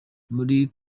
muri